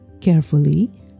Carefully